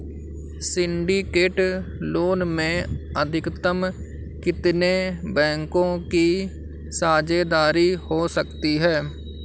Syndicate loan में अधिकतम कितने बैंकों की साझेदारी हो सकती है?